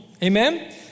Amen